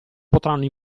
potranno